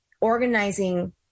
organizing